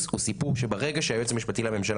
הוא סיפור שברגע שהיועץ המשפטי לממשלה